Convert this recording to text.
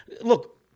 Look